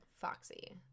foxy